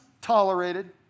tolerated